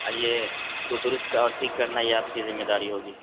اور یہ اس کو درست اور ٹھیک کرنا یہ آپ کی ذمہ داری ہوگی